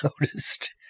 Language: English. noticed